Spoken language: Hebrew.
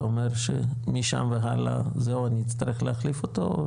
אומר שמשם והלאה זהו נצטרך להחליף אותו?